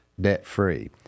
debt-free